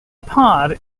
pod